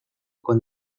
con